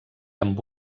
amb